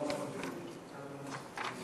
ההצעה להעביר את